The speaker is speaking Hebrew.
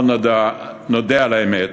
אבל נודה על האמת,